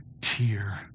tear